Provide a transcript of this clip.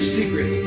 secret